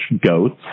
Goats